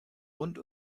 rund